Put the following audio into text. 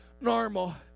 normal